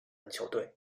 篮球队